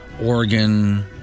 Oregon